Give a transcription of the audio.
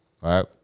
right